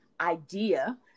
idea